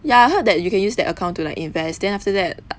ya I heard that you can use that account to like invest then after that